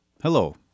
Hello